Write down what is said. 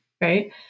right